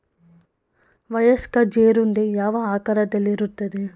ವಯಸ್ಕ ಜೀರುಂಡೆ ಯಾವ ಆಕಾರದಲ್ಲಿರುತ್ತದೆ?